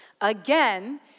again